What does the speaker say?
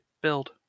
build